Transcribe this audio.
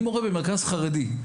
אני מורה במרכז חרדי,